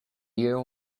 you